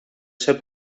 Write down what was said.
ser